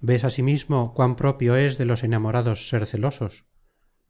ves ansimismo cuán propio es de los enamorados ser celosos